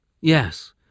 Yes